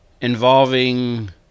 involving